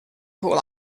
pool